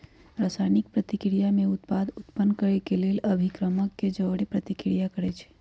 रसायनिक प्रतिक्रिया में उत्पाद उत्पन्न केलेल अभिक्रमक के जओरे प्रतिक्रिया करै छै